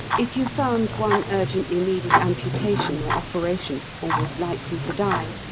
if you found one urgently needed amputation or operation, or was likely to die,